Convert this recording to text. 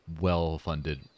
well-funded